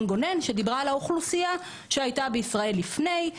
גונן שדיברה על האוכלוסייה שהייתה בישראל לפני,